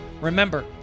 remember